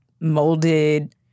molded